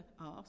asked